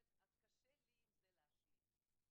קשה לי להשלים עם זה.